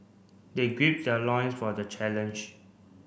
they their loin for the challenge